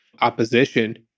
opposition